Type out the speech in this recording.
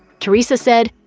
teresa said,